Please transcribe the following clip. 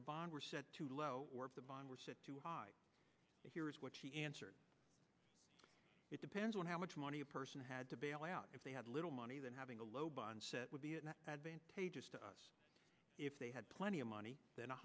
the bond were said too low or too high here is what she answered it depends on how much money a person had to bail out if they had a little money than having a low bond set would be an advantage to us if they had plenty of money then a